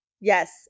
Yes